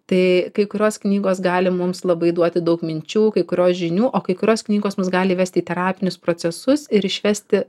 tai kai kurios knygos gali mums labai duoti daug minčių kai kurios žinių o kai kurios knygos mus gali vesti į terapinius procesus ir išvesti